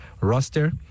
roster